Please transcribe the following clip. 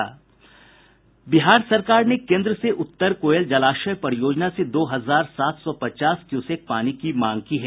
बिहार सरकार ने केन्द्र से उत्तर कोयल जलाशय परियोजना से दो हजार सात सौ पचास क्यूसेक पानी की मांग की है